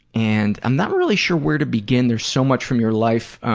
and i'm not really sure where to begin. there's so much from your life,